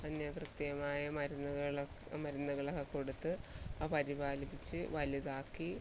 അതിന് കൃത്യമായ മരുന്നുകൾ മരുന്നുകളൊക്കെ കൊടുത്ത് പരിപാലിപ്പിച്ച് വലുതാക്കി